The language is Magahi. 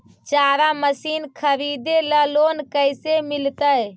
चारा मशिन खरीदे ल लोन कैसे मिलतै?